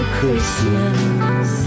Christmas